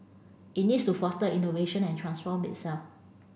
it needs to foster innovation and transform itself